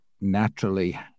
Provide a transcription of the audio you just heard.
naturally